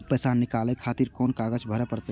पैसा नीकाले खातिर कोन कागज भरे परतें?